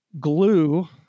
glue